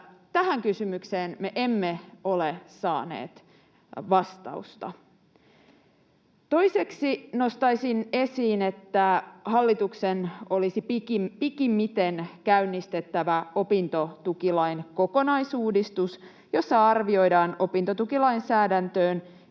Tähän kysymykseen me emme ole saaneet vastausta. Toiseksi nostaisin esiin, että hallituksen olisi pikimmiten käynnistettävä opintotukilain kokonaisuudistus, jossa arvioidaan opintotukilainsäädäntöön